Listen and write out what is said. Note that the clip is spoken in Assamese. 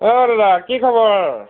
অ' দাদা কি খবৰ